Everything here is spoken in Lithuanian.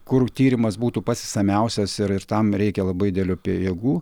kur tyrimas būtų pats išsamiausias ir ir tam reikia labai didelių jėgų